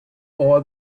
all